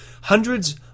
Hundreds